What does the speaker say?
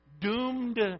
doomed